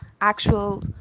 actual